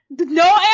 No